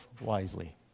wisely